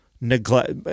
neglect